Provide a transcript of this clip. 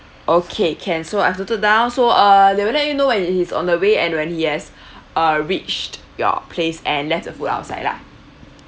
okay can so I've noted down so err they'll let you know when he's on the way and when he has uh reached your place and left the food outside lah